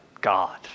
god